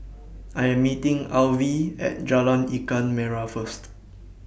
I Am meeting Alvy At Jalan Ikan Merah First